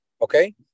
Okay